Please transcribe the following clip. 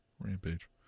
rampage